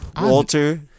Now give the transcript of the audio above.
Walter